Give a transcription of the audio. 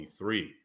23